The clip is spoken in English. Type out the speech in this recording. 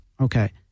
Okay